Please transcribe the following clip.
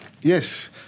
Yes